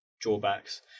drawbacks